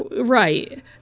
Right